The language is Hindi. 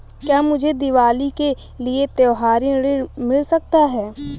क्या मुझे दीवाली के लिए त्यौहारी ऋण मिल सकता है?